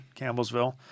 Campbellsville